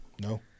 No